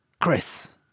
chris